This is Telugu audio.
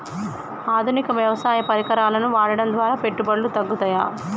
ఆధునిక వ్యవసాయ పరికరాలను వాడటం ద్వారా పెట్టుబడులు తగ్గుతయ?